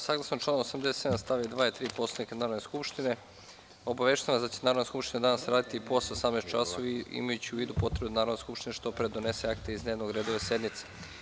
Saglasno članu 87. stav 2. i 3. Poslovnika Narodne skupštine, obaveštavam da će Narodna skupština danas raditi i posle 18,00 časova, imajući u vidu potrebu da Narodna skupština što pre donese akte iz dnevnog reda ove sednice.